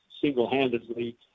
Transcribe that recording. single-handedly